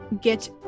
get